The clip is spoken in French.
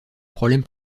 problème